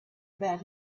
about